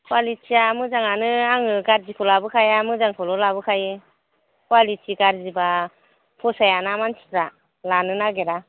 कुवालिथिया मोजाङानो आङो गाज्रिखौ लाबोखाया मोजांखौल' लाबोखायो कुवालिथि गाज्रिबा फसाया ना मानसिफ्रा लानो नागिरा